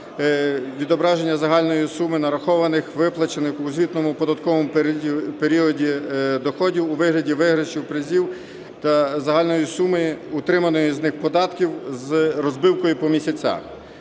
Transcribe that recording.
відображення загальної суми нарахованих (виплачених) у звітному податковому періоді доходів у вигляді виграшів, призів та загальної суми утриманої з них податків з розбивкою по місяцях.